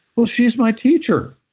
well, she's my teacher.